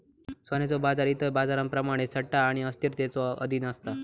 सोन्याचो बाजार इतर बाजारांप्रमाणेच सट्टा आणि अस्थिरतेच्यो अधीन असा